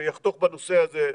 שיחתוך בנושא הזה.